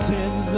Sins